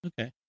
Okay